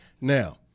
Now